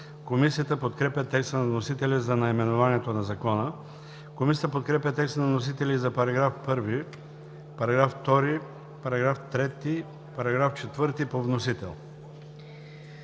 Комисията подкрепя текста на вносителя за наименованието на Закона. Комисията подкрепя текста на вносителя и за параграфи 1, 2, 3 и 4 по вносител.